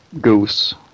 goose